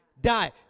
die